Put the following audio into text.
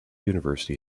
university